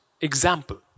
example